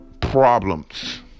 problems